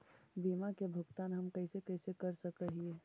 बीमा के भुगतान हम कैसे कैसे कर सक हिय?